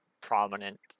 prominent